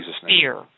fear